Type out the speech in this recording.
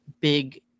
big